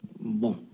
Bon